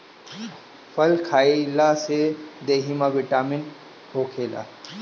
फल खइला से देहि में बिटामिन होखेला